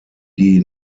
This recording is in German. die